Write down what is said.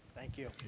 thank you.